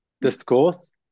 discourse